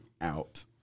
out